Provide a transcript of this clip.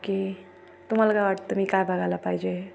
okay तुम्हाला काय वाटतं मी काय बघायला पाहिजे